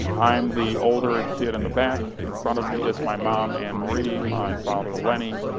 i'm the older kid in the back, in front of me is my mom, anne marie, my father lenny,